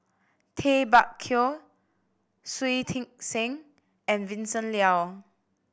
Tay Bak Koi Shui Tit Sing and Vincent Leow